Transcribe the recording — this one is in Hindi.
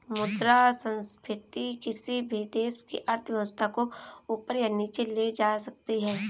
मुद्रा संस्फिति किसी भी देश की अर्थव्यवस्था को ऊपर या नीचे ले जा सकती है